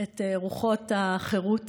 את רוחות החירות